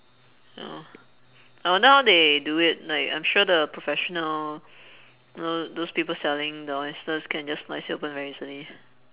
oh I wonder how they do it like I'm sure the professional you know those people selling the oysters can just nicely open very easily